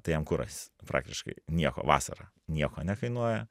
tai jam kuras praktiškai nieko vasarą nieko nekainuoja